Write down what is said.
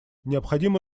необходимо